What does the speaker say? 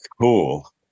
Cool